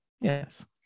Yes